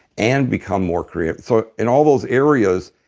and become more creative. so in all those areas,